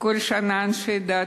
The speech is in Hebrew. כל שנה אנשי דת,